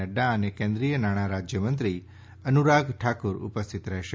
નક્રા અને કેન્દ્રીય નાણાં રાજ્યમંત્રી અનુરાગ ઠાકુર ઉપસ્થિત રહેશે